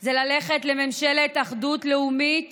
זה ללכת לממשלת אחדות לאומית